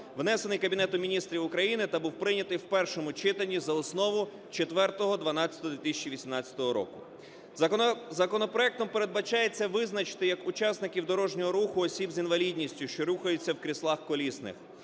внесений Кабінетом Міністрів України та був прийнятий в першому читанні за основу 04.12.2018 року. Законопроектом передбачається визначити як учасників дорожнього руху осіб з інвалідністю, що рухаються в кріслах колісних